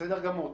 בסדר גמור.